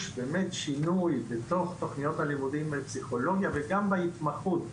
באמת שינוי בתוך תוכניות הלימודים בפסיכולוגיה וגם בהתמחות,